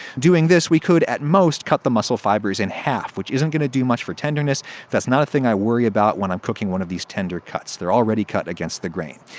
doing this, we could, at most, cut the muscle fibers in half, which isn't gonna do much for tenderness, so that's not a thing i worry about when i'm cooking one of these tender cuts. they're already cut against the grain.